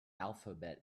alphabet